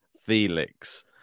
Felix